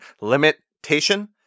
limitation